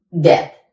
death